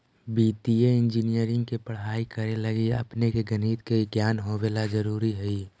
वित्तीय इंजीनियरिंग के पढ़ाई करे लगी अपने के गणित के ज्ञान होवे ला जरूरी हई